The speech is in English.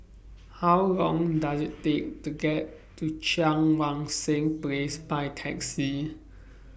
How Long Does IT Take to get to Cheang Wan Seng Place By Taxi